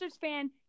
fan